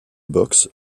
boxe